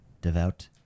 Devout